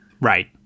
Right